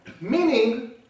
meaning